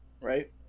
right